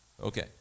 Okay